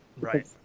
Right